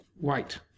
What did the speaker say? white